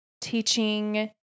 teaching